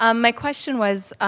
um my question was